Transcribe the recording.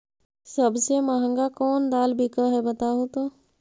सबसे महंगा कोन दाल बिक है बताहु तो?